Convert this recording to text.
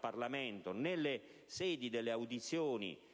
Parlamento, in audizione